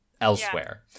elsewhere